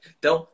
Então